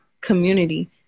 community